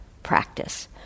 practice